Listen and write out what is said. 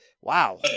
wow